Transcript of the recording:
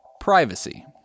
Privacy